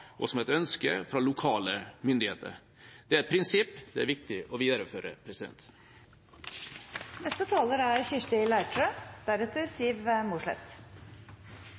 og som et ønske fra lokale myndigheter. Det er et prinsipp det er viktig å videreføre. Bymiljøpakken for Nord-Jæren er